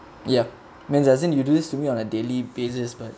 ya man as in you do this to me on a daily basis but